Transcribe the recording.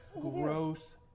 gross